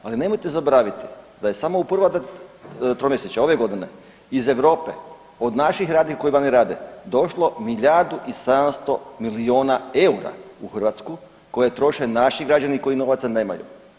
Ali nemojte zaboraviti da je samo u prvom tromjesečju ove godine iz Europe od naših radnika koji vani rade došlo milijardu i 700 milijuna eura u Hrvatsku koji troše naši građani koji novaca nemaju.